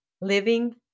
living